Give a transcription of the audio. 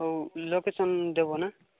ହଉ ଲୋକେସନ୍ ଦେବ ନା